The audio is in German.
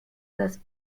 das